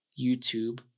YouTube